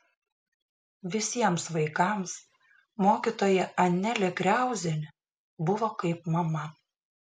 visiems vaikams mokytoja anelė kriauzienė buvo kaip mama